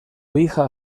hija